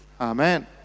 amen